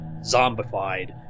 zombified